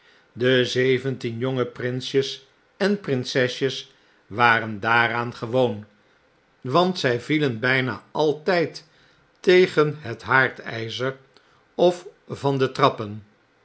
de zeventien jonge prinsjes en prinsesjes waren daaraan gewoon want zg vielen bjjna altyd tegen het haardgzer of van de trappen